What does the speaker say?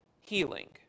healing